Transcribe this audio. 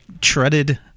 treaded